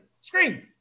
scream